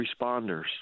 responders